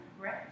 right